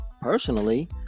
personally